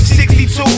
62